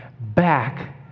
back